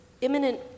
imminent